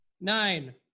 Nine